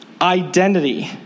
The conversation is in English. Identity